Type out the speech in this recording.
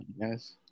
yes